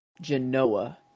Genoa